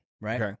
right